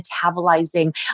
metabolizing